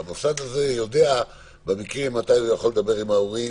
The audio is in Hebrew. והמוסד הזה יודע מתי אפשר לדבר עם ההורים